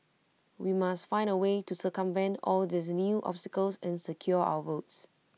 we must find A way to circumvent all these new obstacles and secure our votes